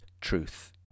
truth